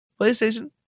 PlayStation